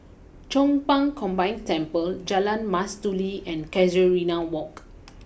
Chong Pang Combined Temple Jalan Mastuli and Casuarina walk